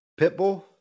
Pitbull